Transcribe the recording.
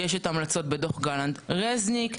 יש ההמלצות בדוח גלנט-רזניק,